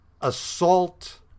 assault